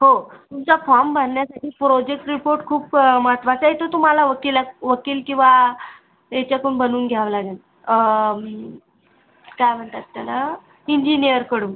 हो तुमचा फॉर्म भरण्यासाठी प्रोजेक्ट रिपोर्ट खूप महत्त्वाचा आहे तो तुम्हाला वकिला वकील किंवा याच्यातून बनवून घ्यावं लागेन काय म्हणतात त्याला इंजिनीयरकडून